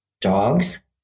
dogs